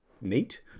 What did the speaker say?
neat